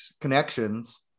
connections